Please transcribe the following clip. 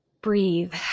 breathe